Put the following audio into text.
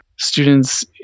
Students